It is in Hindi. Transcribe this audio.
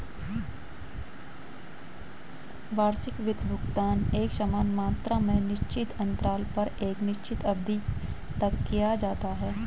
वार्षिक वित्त भुगतान एकसमान मात्रा में निश्चित अन्तराल पर एक निश्चित अवधि तक किया जाता है